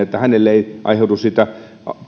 että hänelle ei aiheudu siitä